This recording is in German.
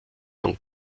von